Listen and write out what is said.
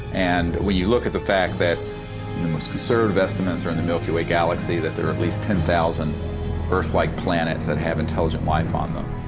and when you look at the fact that the most conservative estimates are, in the milky way galaxy, that there are at ten thousand earth-like planets that have intelligent life on them